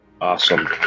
Awesome